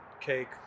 cake